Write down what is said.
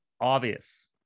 Obvious